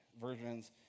versions